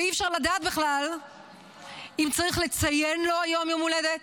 ואי-אפשר לדעת בכלל אם צריך לציין לו היום הולדת,